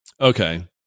okay